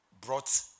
brought